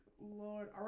Lord